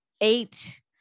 eight